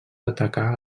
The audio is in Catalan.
atacar